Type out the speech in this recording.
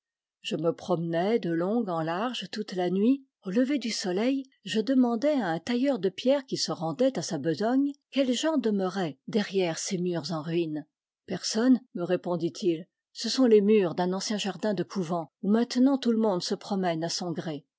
je me promenai de long en large toute la nuit au lever du soleil je demandai à un tailleur de pierre qui se rendait à sa besogne quelles gens demeuraient derrière ces murs en ruines personne me répondit-il ce sont les murs d'un ancien jardin de couvent où maintenant tout le monde se promène à son gré